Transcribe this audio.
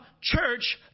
church